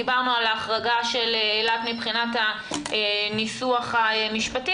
דיברנו על ההחרגה מבחינת הניסוח המשפטי